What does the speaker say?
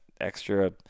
extra